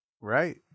Right